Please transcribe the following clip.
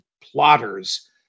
plotters